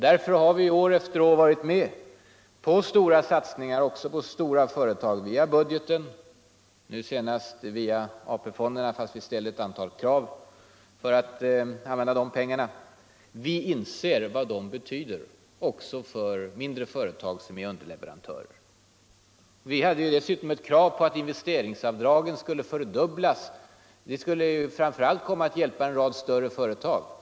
Därför har vi år efter år varit med om kraftiga satsningar också på stora företag, nu senast via AP-fonderna, fastän vi i det sammanhanget ställer ett antal krav för användningen av de pengarna. Vi inser vad de företagen betyder också för mindre företag som är deras underleverantörer. Vi har dessutom framfört ett krav på att investeringsavdragen skulle fördubblas från den 15 mars, vilket inte minst skulle komma att gälla en rad större företag.